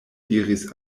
diris